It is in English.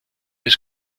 his